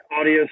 audio